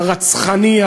הרצחני,